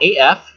AF